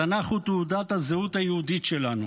התנ"ך הוא תעודת הזהות היהודית שלנו.